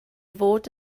fod